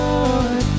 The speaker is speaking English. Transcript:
Lord